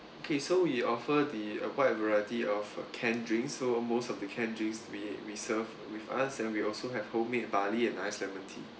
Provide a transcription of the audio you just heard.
okay so we offer the uh quite a variety of uh canned drinks so most of the canned drinks we we serve with us then we also have homemade barley and iced lemon tea